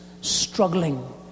struggling